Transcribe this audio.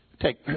Take